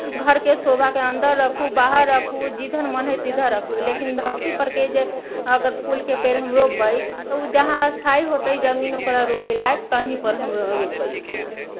घरके शोभाके अन्दर रखु बाहर रखु जिधर मन हय तिधर रखु लेकिन धरतीपर के जे अगर फूलके पेड़ हम रोपबै तऽ उ जहाँ स्थायी होतै जमीन ओकरा रोपै लायक तहींपर हम रोपबै ओकरा